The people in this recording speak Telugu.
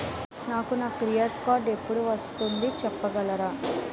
నాకు నా క్రెడిట్ కార్డ్ ఎపుడు వస్తుంది చెప్పగలరా?